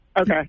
Okay